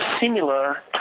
similar